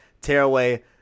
Tearaway